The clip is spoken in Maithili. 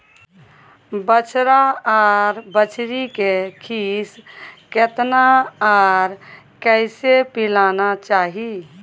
बछरा आर बछरी के खीस केतना आर कैसे पिलाना चाही?